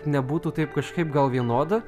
nebūtų taip kažkaip gal vienoda